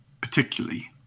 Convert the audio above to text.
particularly